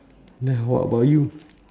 then what about you